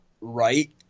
right